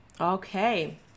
Okay